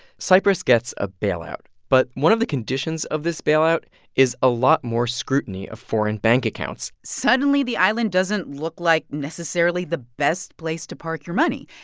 cyprus gets a bailout. but one of the conditions of this bailout is a lot more scrutiny of foreign bank accounts suddenly, the island doesn't look like, necessarily, the best place to park your money.